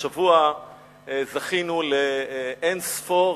השבוע זכינו לאין-ספור